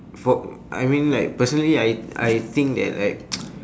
for I mean like personally I I think that like